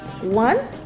One